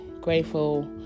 grateful